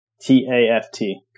T-A-F-T